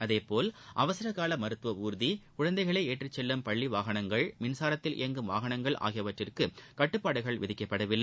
அதேபோல் அவசரக்கால மருத்துவ ஊர்தி குழந்தைகளை ஏற்றிச் செல்லும் பள்ளி வாகனங்கள் மின்சாரத்தில் இயங்கும் வாகனங்கள் ஆகியவற்றிற்கும் கட்டுப்பாடுகள் விதிக்கப்படவில்லை